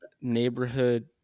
neighborhood